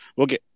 Okay, (